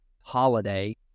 holiday